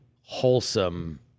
wholesome